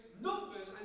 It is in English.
Numbers